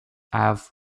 have